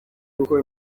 uko